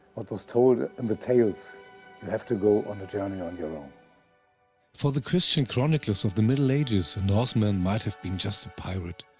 what was told in the tales, you have to go on a journey on your um for the christian chroniclers of the middle ages, a norseman might have been just a pirate,